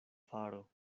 faro